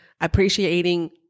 appreciating